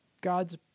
God's